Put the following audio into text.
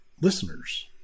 listeners